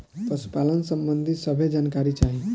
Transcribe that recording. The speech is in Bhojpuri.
पशुपालन सबंधी सभे जानकारी चाही?